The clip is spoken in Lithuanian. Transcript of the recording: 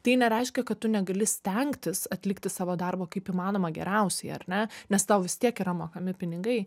tai nereiškia kad tu negali stengtis atlikti savo darbo kaip įmanoma geriausiai ar ne nes tau vis tiek yra mokami pinigai